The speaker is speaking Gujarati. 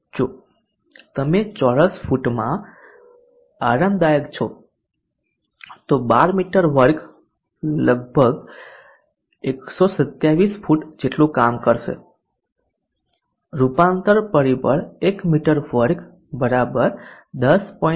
જો તમે ચોરસ ફુટમાં આરામદાયક છો તો 12 મી2 લગભગ 127 ફુટ જેટલું કામ કરશે રૂપાંતર પરિબળ 1 મી2 10